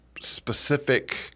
specific